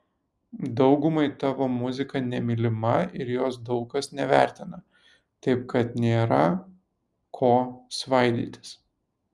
daugumai tavo muzika nemylima ir jos daug kas nevertina taip kad nėra ko svaidytis